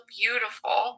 beautiful